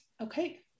okay